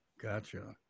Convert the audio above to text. Gotcha